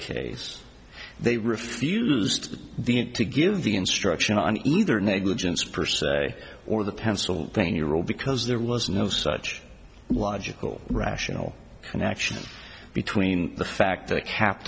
case they refused to give the instruction on either negligence per se or the pennsylvania road because there was no such logical rational connection between the fact that